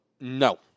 No